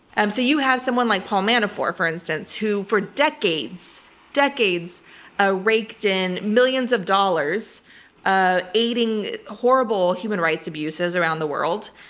um so you have someone like paul manafort, for instance, who for decades decades ah raked in millions of dollars ah aiding horrible human rights abuses around the world,